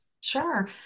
Sure